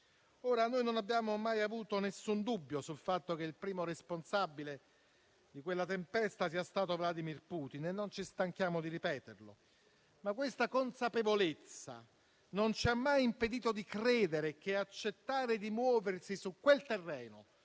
guerra. Noi non abbiamo mai avuto alcun dubbio sul fatto che il primo responsabile di quella tempesta sia stato Vladimir Putin e non ci stanchiamo di ripeterlo. Ma questa consapevolezza non ci ha mai impedito di credere che accettare di muoversi su quel terreno,